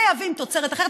מייבאים תוצרת אחרת,